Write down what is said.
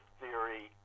theory